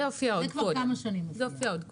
זה הופיע עוד קודם.